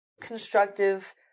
constructive